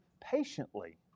patiently